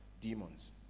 demons